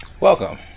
Welcome